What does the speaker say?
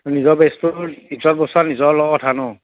নিজৰ বেচ্টো নিজৰ নিজৰ লগত কথা ন